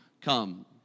come